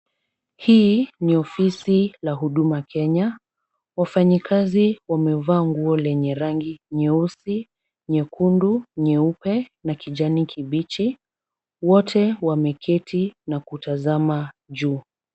Hii ni ofisi la Huduma Kenya, wafanyikazi wamevaa nguo lenye rangi nyeusi, nyekundu, nyeupe na kijani kibichi. Wote wameketi na kutazama juu.